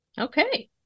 Okay